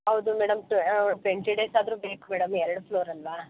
ಹೌದು madam twenty days ಆದರೂ ಬೇಕು ಮೇಡಮ್ ಎರಡು ಫ್ಲೋರ್ ಅಲ್ವಾ